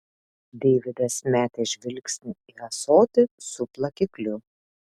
deividas metė žvilgsnį į ąsotį su plakikliu